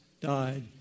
died